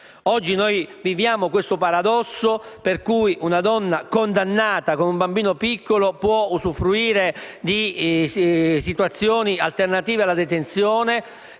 Oggi noi viviamo il paradosso per cui una donna condannata con un bambino piccolo può usufruire di situazioni alternative alla detenzione,